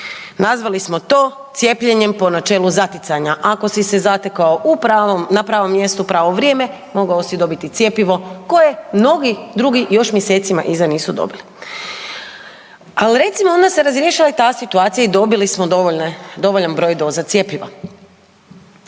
Nazvali smo to cijepljenjem po načelu zaticanja, ako si se zatekao na pravom mjestu u pravo vrijeme, mogao si dobiti cjepivo koje mnogi drugi još mjesecima iza nisu dobili. Ali recimo onda se razišla ta situacija i dobili smo dovoljan broj doza cjepiva.